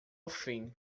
fim